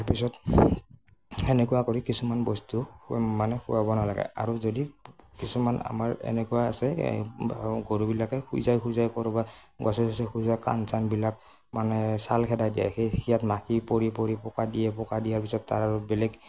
তাৰপিছত সেনেকুৱা কৰি কিছুমান বস্তু মানে খুৱাব নালাগে আৰু যদি কিছুমান আমাৰ এনেকুৱা আছে গৰুবিলাকে খুজাই খুজাই ক'ৰবাত গছে গছে খুজাই কাণ চানবিলাক মানে ছাল খেদাই দিয়ে সেই সিয়াত মাখি পৰি পৰি পোক দিয়ে পোক দিয়াৰ পিছত তাৰ বেলেগ